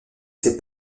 ses